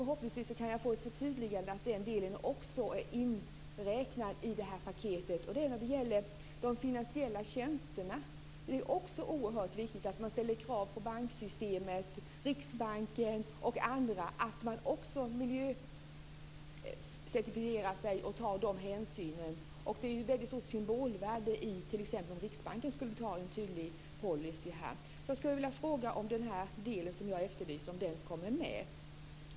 Förhoppningsvis kan jag få ett förtydligande att också den är inräknad i det här paketet. Det gäller de finansiella tjänsterna. Det är oerhört viktigt att man ställer krav på banksystemet - Riksbanken och andra - att miljöcertifiera sig och att ta miljöhänsyn. Det skulle ha ett stort symbolvärde om t.ex. Riksbanken hade en tydlig sådan policy. Jag skulle vilja fråga om denna faktor kommer med.